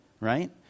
right